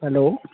hello